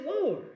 Lord